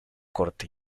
corte